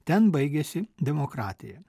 ten baigiasi demokratija